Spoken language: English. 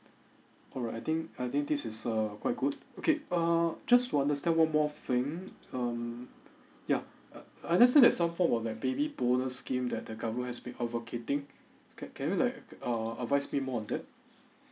alright I think I think this is err quite good okay err just to understand one more thing um yeah uh I understand there is some form of like baby bonus scheme that the government has been advocating can you like err advise me more on that